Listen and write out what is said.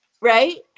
Right